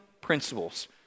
principles